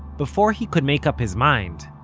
before he could make up his mind,